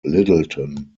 littleton